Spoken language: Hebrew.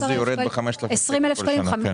זה יורד ב-5,000 שקלים כל שנה.